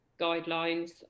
guidelines